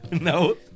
No